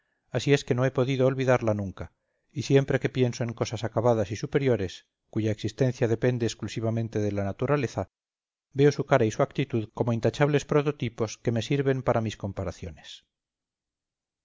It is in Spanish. así es que no he podido olvidarla nunca y siempre que pienso en las cosas acabadas y superiores cuya existencia depende exclusivamente de la naturaleza veo su cara y su actitud como intachables prototipos que me sirven para mis comparaciones